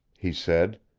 he said.